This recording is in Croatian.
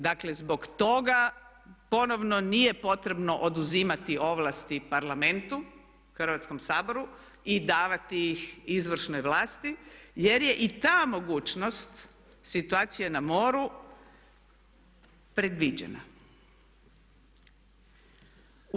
Dakle zbog toga ponovno nije potrebno oduzimati ovlasti Parlamentu, Hrvatskom saboru i davati ih izvršnoj vlasti jer je i ta mogućnost situacije na moru predviđena.